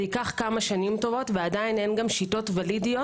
זה ייקח כמה שנים ועדיין אין שיטות ולידיות